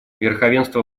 верховенство